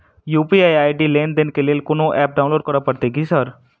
UPI ID लेनदेन केँ लेल कोनो ऐप डाउनलोड करऽ पड़तय की सर?